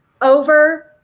over